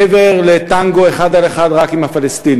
מעבר לטנגו אחד על אחד רק עם הפלסטינים.